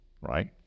right